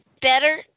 better